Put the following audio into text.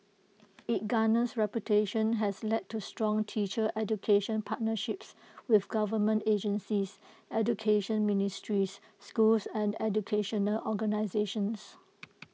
its garnered reputation has led to strong teacher education partnerships with government agencies education ministries schools and educational organisations